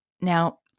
Now